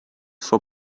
for